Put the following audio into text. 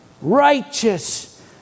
Righteous